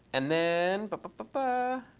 and then, but ba ba ba